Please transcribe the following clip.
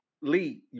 Lee